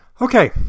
Okay